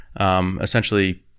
essentially